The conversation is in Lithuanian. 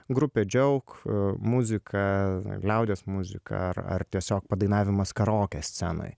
grupė džiauk muzika liaudies muzika ar ar tiesiog padainavimas karaoke scenoj